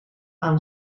aan